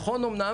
נכון אמנם